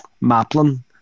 Maplin